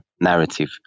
narrative